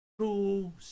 true